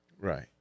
Right